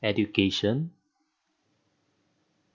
education